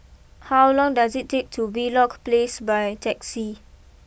how long does it take to Wheelock place by taxi